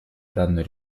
данную